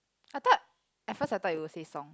I thought at first I thought you will say song